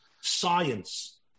science